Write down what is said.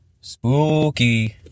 Spooky